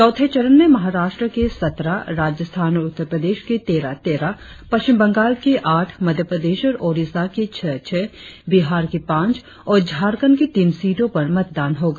चौथे चरण में महाराष्ट्र की सत्रह राजस्थान और उत्तर प्रदेश की तेरह तेरह पश्चिम बंगाल की आठ मध्यप्रदेश और ओडिशा की छह छह बिहार की पांच और झारखंड की तीन सीटों पर मतदान होगा